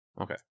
Okay